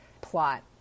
plot